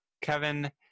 Kevin